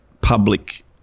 public